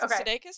okay